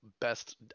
best